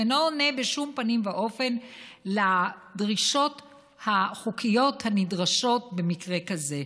ואינו עונה בשום פנים ואופן על דרישות החוק הנדרשות במקרה כזה.